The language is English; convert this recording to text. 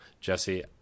jesse